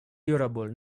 durable